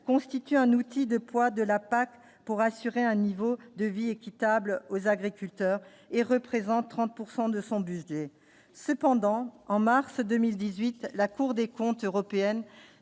constitue un outil de poids de la PAC pour assurer un niveau de vie équitable aux agriculteurs et représente 30 pourcent de son bus bustier cependant en mars 2018, la Cour des comptes européenne